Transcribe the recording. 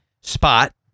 Spot